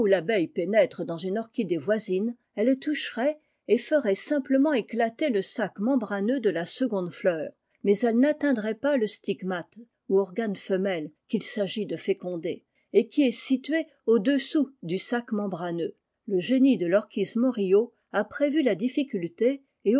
abeille pénétre dans une orchidée voisine elles toucheraient et feraient simplement éclater le sac membraneux de la seconde fleur mais elles n'atteindrslieot pas le stigmate ou organe femelle qull s'agit de féconder et qui est situé au-dessous du sac membraneux le génie de vorchis morio a prévu la difficulté